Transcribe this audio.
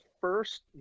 first